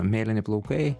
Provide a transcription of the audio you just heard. mėlyni plaukai